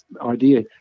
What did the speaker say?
idea